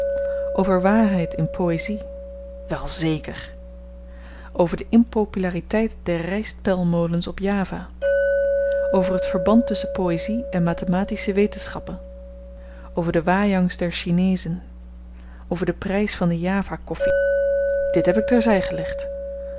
over waarheid in poëzie wel zeker over de impopulariteit der ryst pelmolens op java over het verband tusschen poëzie en mathematische wetenschappen over de wajangs der chinezen over den prys van de java koffi dit heb ik ter zy gelegd